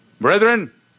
Brethren